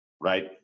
Right